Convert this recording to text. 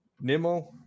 Nemo